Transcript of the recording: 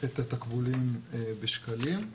את התקבולים בשקלים.